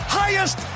highest